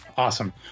Awesome